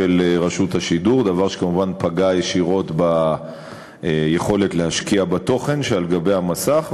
דבר שכמובן פגע ישירות ביכולת להשקיע בתוכן שעל גבי המסך.